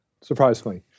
surprisingly